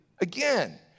Again